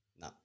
No